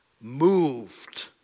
moved